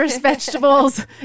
vegetables